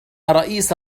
رئيس